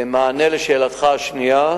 2. במענה על שאלתך השנייה,